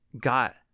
got